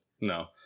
No